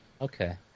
Okay